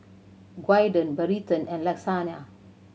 Gyudon Burrito and Lasagne